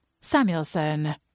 Samuelson